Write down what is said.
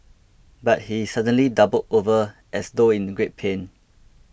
but he suddenly doubled over as though in great pain